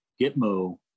gitmo